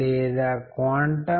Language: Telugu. నేను విషయాన్ని విశదీకరిస్తాను